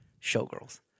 Showgirls